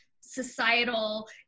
societal